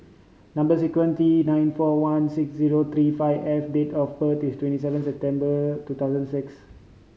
number sequence T nine four one six zero three five F date of birth is twenty seven September two thousand and six